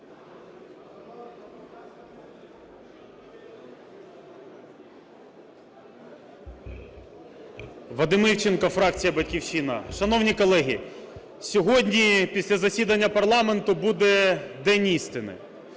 Вадим Івченко, фракція "Батьківщина". Шановні колеги, сьогодні після засідання парламенту буде день істини